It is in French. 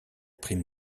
prime